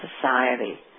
society